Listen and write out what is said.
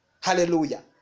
Hallelujah